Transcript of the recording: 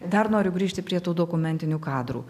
dar noriu grįžti prie tų dokumentinių kadrų